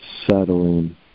settling